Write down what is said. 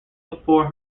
before